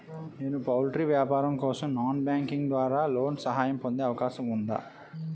నేను పౌల్ట్రీ వ్యాపారం కోసం నాన్ బ్యాంకింగ్ ద్వారా లోన్ సహాయం పొందే అవకాశం ఉందా?